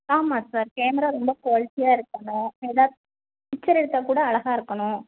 ஆமா sir camera ரொம்ப குவாலிட்டியாக இருக்கணும் எதாது ஃபிக்சர் எடுத்தால் கூட அழகா இருக்கணும்